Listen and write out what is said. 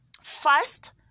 First